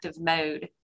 mode